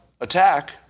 attack